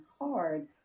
hard